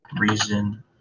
Reason